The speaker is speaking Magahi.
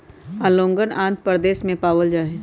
ओंगोलवन आंध्र प्रदेश में पावल जाहई